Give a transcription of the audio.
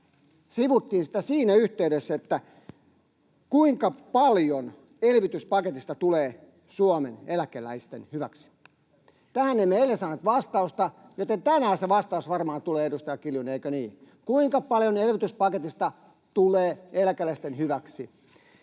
sivuttiin sitä siinä yhteydessä: kuinka paljon elvytyspaketista tulee Suomen eläkeläisten hyväksi? Tähän emme eilen saaneet vastausta, joten tänään se vastaus varmaan tulee — edustaja Kiljunen, eikö niin? — Kuinka paljon elvytyspaketista tulee eläkeläisten hyväksi?